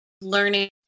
learning